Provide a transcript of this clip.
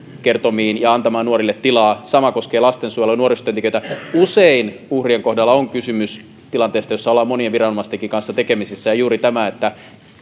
kertomiin ja antamaan nuorille tilaa sama koskee lastensuojelua ja nuorisotyöntekijöitä usein uhrien kohdalla on kysymys tilanteesta jossa ollaan monien viranomaistenkin kanssa tekemisissä ja siinä on juuri tämä että